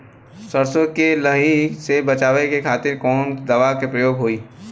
सरसो के लही से बचावे के खातिर कवन दवा के प्रयोग होई?